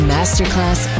Masterclass